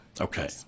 Okay